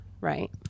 Right